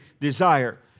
desire